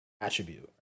attribute